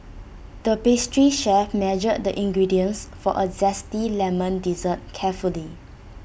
the pastry chef measured the ingredients for A Zesty Lemon Dessert carefully